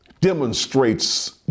demonstrates